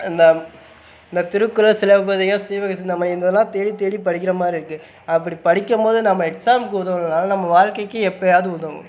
இந்த இந்த திருக்குறள் சிலப்பதிகம் சீவகசிந்தாமணி இந்த இதெலாம் தேடி தேடி படிக்கிறமாதிரி இருக்குது அப்படி படிக்கும்மோது நம்ம எக்ஸாம்க்கு உதவலைனாலும் நம்ம வாழ்க்கைக்கி எப்போயாது உதவும்